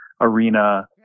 arena